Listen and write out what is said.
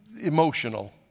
emotional